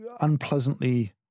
unpleasantly